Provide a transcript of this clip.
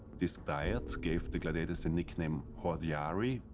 this diet gave the gladiators a nickname, hordearii,